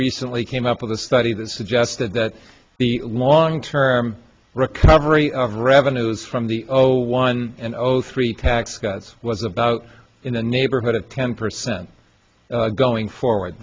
recently came up with a study that suggested that the long term recovery of revenues from the zero one and zero three tax cuts was about in the neighborhood of ten percent going forward